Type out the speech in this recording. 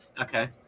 Okay